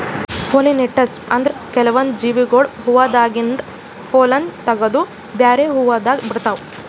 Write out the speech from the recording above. pollinators ಅಂದ್ರ ಕೆಲ್ವನ್ದ್ ಜೀವಿಗೊಳ್ ಹೂವಾದಾಗಿಂದ್ ಪೊಲ್ಲನ್ ತಗದು ಬ್ಯಾರೆ ಹೂವಾದಾಗ ಬಿಡ್ತಾವ್